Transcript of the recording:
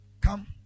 Come